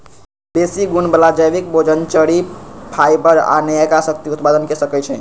बेशी गुण बला जैबिक भोजन, चरि, फाइबर आ नयका शक्ति उत्पादन क सकै छइ